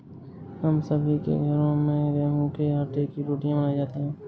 हम सभी के घरों में गेहूं के आटे की रोटियां बनाई जाती हैं